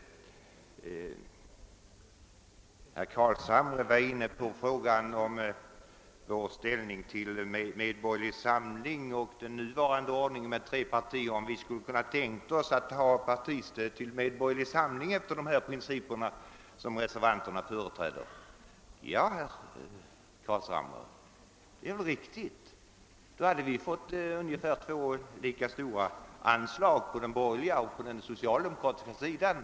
Herr Carlshamre var här inne på frågan om vår ställning till »medborgerlig samling» och till den nuvarande ordningen med tre partier, och han undrade om vi skulle kunna tänka oss att ge partistöd till >»medborgerlig samling« efter de principer som reservanterna talar för. Ja, herr Carlshamre, det skulle vi. Då hade vi i nuvarande läge fått ungefär lika stora anslag på den borgerliga som på den socialdemokratiska sidan.